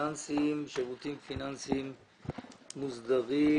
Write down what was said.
פיננסיים (שירותים פיננסיים מוסדרים)